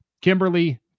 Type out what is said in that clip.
kimberly